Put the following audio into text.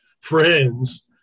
friends